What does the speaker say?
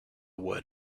word